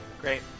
Great